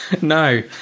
No